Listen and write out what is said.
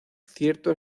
cierto